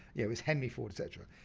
it was henry ford, et cetera,